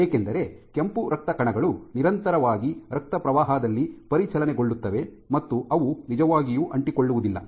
ಏಕೆಂದರೆ ಕೆಂಪು ರಕ್ತಕಣಗಳು ನಿರಂತರವಾಗಿ ರಕ್ತಪ್ರವಾಹದಲ್ಲಿ ಪರಿಚಲನೆಗೊಳ್ಳುತ್ತವೆ ಮತ್ತು ಅವು ನಿಜವಾಗಿಯೂ ಅಂಟಿಕೊಳ್ಳುವುದಿಲ್ಲ